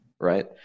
right